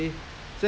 you see